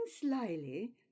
slyly